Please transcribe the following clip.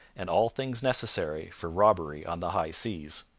and all things necessary for robbery on the high seas.